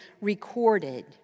recorded